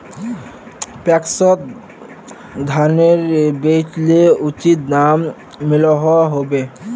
पैक्सोत धानेर बेचले उचित दाम मिलोहो होबे?